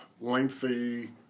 lengthy